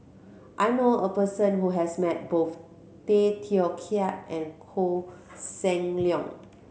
I know a person who has met both Tay Teow Kiat and Koh Seng Leong